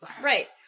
Right